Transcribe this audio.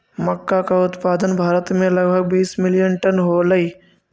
मक्का का उत्पादन भारत में लगभग बीस मिलियन टन होलई